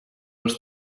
els